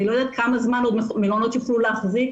אני לא יודעת כמה זמן עוד המלונות יוכלו להחזיק,